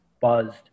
buzzed